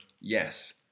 yes